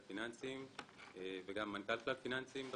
גם כמנכ"ל כלל פיננסים.